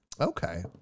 Okay